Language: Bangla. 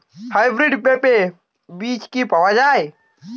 হাইব্রিড পেঁপের বীজ কি পাওয়া যায়?